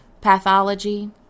pathology